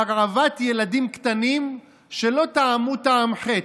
להרעבת ילדים קטנים שלא טעמו טעם חטא,